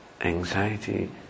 anxiety